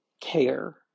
care